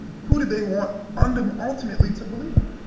who did they want and um ultimately to believe that?